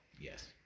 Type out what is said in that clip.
Yes